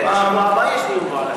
מתואם.